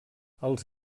els